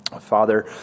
Father